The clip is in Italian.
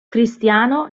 cristiano